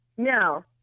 No